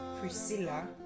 Priscilla